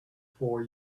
for